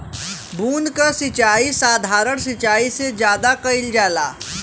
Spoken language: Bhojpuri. बूंद क सिचाई साधारण सिचाई से ज्यादा कईल जाला